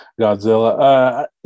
Godzilla